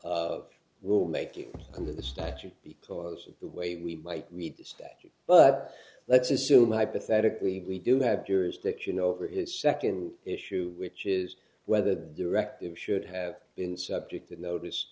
will make you under the statute because of the way we might read the statute but let's assume hypothetically we do have jurisdiction over his second issue which is whether the directive should have been subject to notice